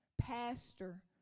pastor